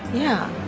yeah.